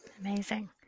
Amazing